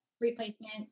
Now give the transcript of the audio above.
replacement